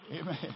Amen